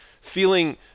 feeling